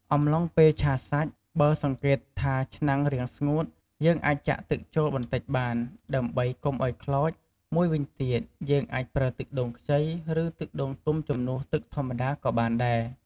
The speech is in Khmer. អំំឡុងពេលឆាសាច់ បើសង្កេតថាឆ្នាំងរាងស្ងួត យើងអាចចាក់ទឹកចូលបន្តិចបាន ដើម្បីកុំឱ្យខ្លោច មួយវិញទៀត យើងអាចប្រើទឹកដូងខ្ចី ឬ ទឹកដូងទុំជំនួសទឹកធម្មតាក៏បានដែរ។